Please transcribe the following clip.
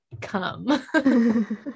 Come